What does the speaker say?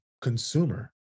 consumer